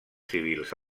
civils